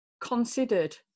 considered